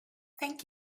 thank